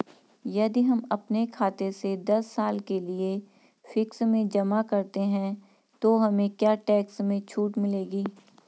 यदि हम अपने खाते से दस साल के लिए फिक्स में जमा करते हैं तो हमें क्या टैक्स में छूट मिलेगी?